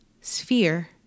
sphere